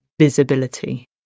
visibility